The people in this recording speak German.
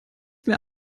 mehr